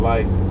Life